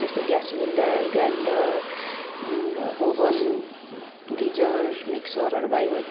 जस्तै gas cylinder grinder oven geyser मिक्सरहरू भयो